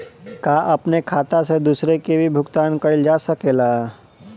का अपने खाता से दूसरे के भी भुगतान कइल जा सके ला?